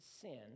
sin